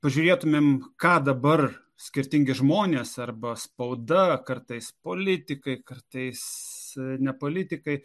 pažiūrėtumėm ką dabar skirtingi žmonės arba spauda kartais politikai kartais ne politikai